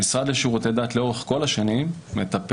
המשרד לשירותי דת לאורך כל השנים מטפל,